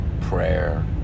prayer